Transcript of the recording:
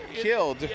killed